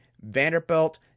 Vanderbilt